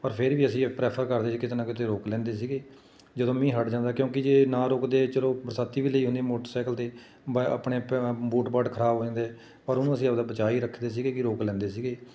ਪਰ ਫਿਰ ਵੀ ਅਸੀਂ ਪ੍ਰੈਫਰ ਕਰਦੇ ਸੀ ਕਿਤੇ ਨਾ ਕਿਤੇ ਰੋਕ ਲੈਂਦੇ ਸੀਗੇ ਜਦੋਂ ਮੀਂਹ ਹਟ ਜਾਂਦਾ ਕਿਉਂਕਿ ਜੇ ਨਾ ਰੁਕਦੇ ਚਲੋ ਬਰਸਾਤੀ ਵੀ ਲਈ ਹੁੰਦੀ ਮੋਟਰਸਾਈਕਲ 'ਤੇ ਬ ਆਪਣੇ ਬੂਟ ਬਾਟ ਖਰਾਬ ਹੋ ਜਾਂਦੇ ਪਰ ਉਹਨੂੰ ਅਸੀਂ ਆਪਦਾ ਬਚਾਅ ਹੀ ਰੱਖਦੇ ਸੀਗੇ ਕਿ ਰੋਕ ਲੈਂਦੇ ਸੀਗੇ